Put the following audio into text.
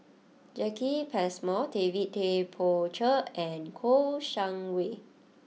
Jacki Passmore David Tay Poey Cher and Kouo Shang Wei